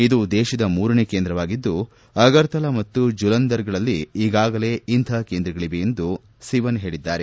ಇದು ದೇಶದ ಮೂರನೇ ಕೇಂದ್ರವಾಗಿದ್ದು ಅಗರ್ತಲಾ ಮತ್ತು ಜುಲಂಧರ್ಗಳಲ್ಲಿ ಈಗಾಗಲೇ ಇಂತಹ ಕೇಂದ್ರಗಳವೆ ಎಂದು ಅವರು ಹೇಳದರು